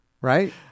Right